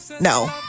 no